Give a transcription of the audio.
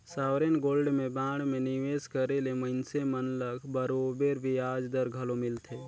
sovereign gold में bond में निवेस करे ले मइनसे मन ल बरोबेर बियाज दर घलो मिलथे